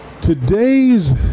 today's